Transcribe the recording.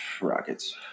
Rockets